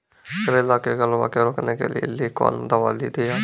करेला के गलवा के रोकने के लिए ली कौन दवा दिया?